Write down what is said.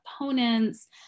opponents